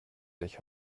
sich